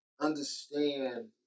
understand